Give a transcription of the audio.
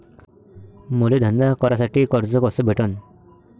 मले धंदा करासाठी कर्ज कस भेटन?